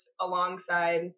alongside